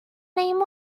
name